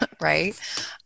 right